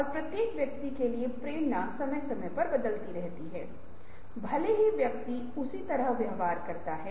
रचनात्मकता कुछ लोग मे हैं या नहीं है यह एक गलत धारणा है